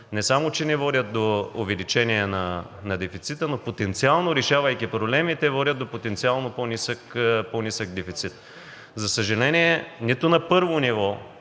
не само че не водят до увеличение на дефицита, но потенциално решавайки проблеми, те водят до потенциално по-нисък дефицит. За съжаление, нито на първо ниво